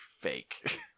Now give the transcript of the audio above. fake